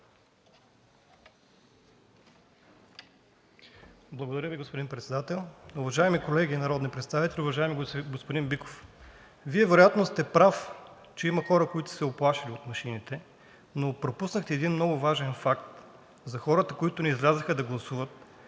Благодаря Ви, господин Председател. Уважаеми колеги народни представители! Уважаеми господин Биков, Вие вероятно сте прав, че има хора, които са се уплашили от машините, но пропуснахте един много важен факт – за хората, които не излязоха да гласуват,